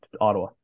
ottawa